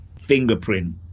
fingerprint